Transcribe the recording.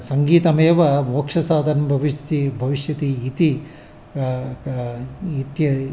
सङ्गीतमेव मोक्षसाधनं भविष्यति भविष्यति इति क् इत्यर्थम्